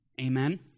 Amen